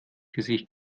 gesicht